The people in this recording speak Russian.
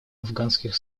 афганских